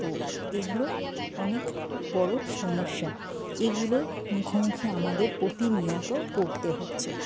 তো এগুলো অনেক বড় সমস্যা এগুলোর মুখোমুখি আমাদের প্রতিনিয়ত পড়তে হচ্ছে